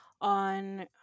on